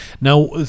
now